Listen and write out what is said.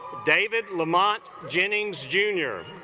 david lamont jennings jr